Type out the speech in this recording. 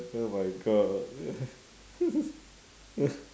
oh my God